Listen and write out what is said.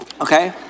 okay